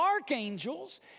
archangels